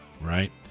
right